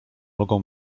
mogą